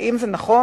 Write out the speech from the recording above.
האם זה נכון?